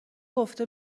گفته